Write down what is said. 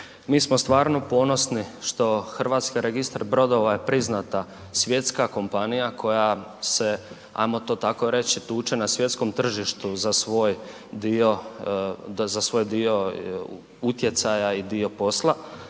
Mi smo stvarno ponosni što HRB je priznata svjetska kompanija koja se ajmo to tako reći, tuče na svjetskom tržištu za svoj dio utjecaja i dio posla.